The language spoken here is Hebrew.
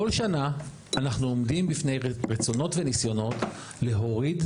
כל שנה אנחנו עומדים בפני רצונות וניסיונות להוריד,